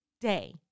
day